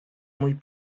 mój